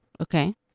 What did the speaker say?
Okay